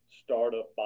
startup